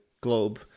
globe